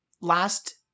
last